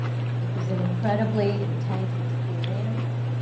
it was an incredibly intense experience,